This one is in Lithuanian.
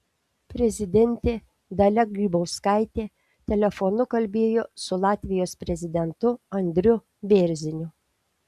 prezidentė dalia grybauskaitė telefonu kalbėjo su latvijos prezidentu andriu bėrziniu